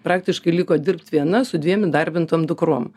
praktiškai liko dirbt viena su dviem įdarbintom dukrom